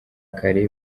kare